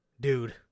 Dude